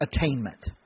attainment